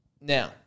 Now